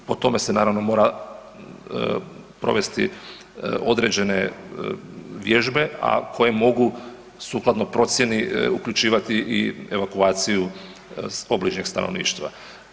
O tome se naravno mora provesti određene vježbe, a koje mogu sukladno procjeni uključivati i evakuaciju obližnjeg stanovništva.